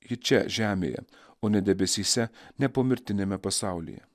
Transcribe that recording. ji čia žemėje o ne debesyse ne pomirtiniame pasaulyje